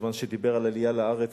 בזמן שדיבר על עלייה לארץ,